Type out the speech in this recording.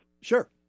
Sure